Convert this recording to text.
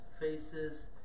faces